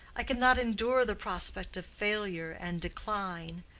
i could not endure the prospect of failure and decline.